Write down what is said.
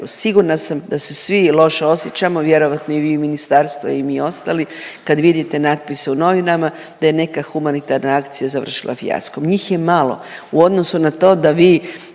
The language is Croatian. Sigurna sam da se svi loše osjećamo, vjerojatno i vi u ministarstvu i mi ostali kad vidite natpis u novinama d je neka humanitarna akcija završila fijaskom, njih je malo u odnosu na to da vi